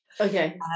Okay